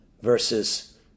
versus